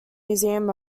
museum